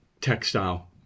textile